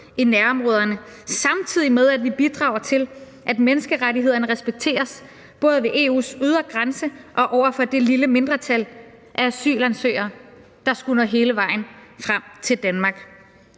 i nærområderne, samtidig med at vi bidrager til, at menneskerettighederne respekteres, både ved EU's ydre grænser og over for det lille mindretal af asylansøgere, der skulle nå hele vejen frem til Danmark.